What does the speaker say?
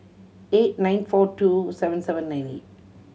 eight nine four two seven seven nine eight